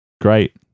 Great